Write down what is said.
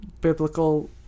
biblical